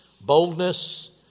boldness